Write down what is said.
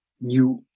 new